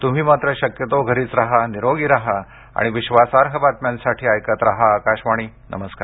तुम्ही मात्र शक्यतो घरीच राहा निरोगी राहा आणि विश्वासार्ह बातम्यांसाठी ऐकत राहा आकाशवाणी नमस्कार